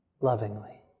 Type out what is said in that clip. lovingly